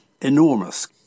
enormous